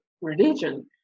religion